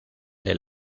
del